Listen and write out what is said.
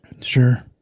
Sure